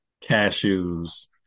cashews